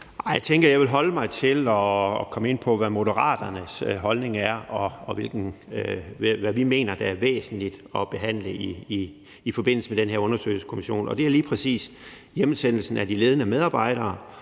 Jeg tænker, at jeg vil holde mig til at komme ind på, hvad Moderaternes holdning er, og hvad vi mener der er væsentligt at behandle i forbindelse med den her undersøgelseskommission. Og det er lige præcis hjemsendelsen af de ledende medarbejdere